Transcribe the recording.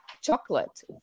chocolate